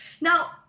Now